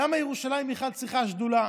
למה ירושלים בכלל צריכה שדולה?